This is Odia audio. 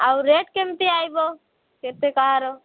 ଆଉ ରେଟ୍ କେମିତି ଆସିବ କେତେ କାହାର